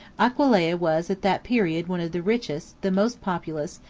aquileia was at that period one of the richest, the most populous,